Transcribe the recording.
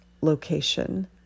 location